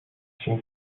she